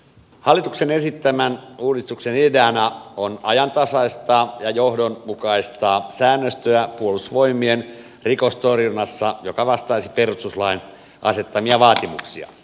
hallituksen esittämän uudistuksen ideana on ajantasaistaa ja johdonmukaistaa säännöstöä puolustusvoimien rikostorjunnassa mikä vastaisi perustuslain asettamia vaatimuksia